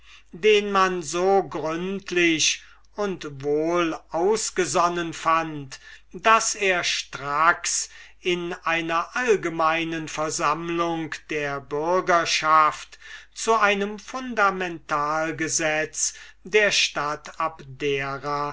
den man so gründlich und wohlausgesonnen befand daß er stracks in einer allgemeinen versammlung der bürgerschaft zu einem fundamentalgesetz der stadt abdera